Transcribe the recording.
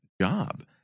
job